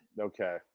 Okay